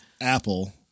Apple